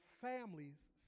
families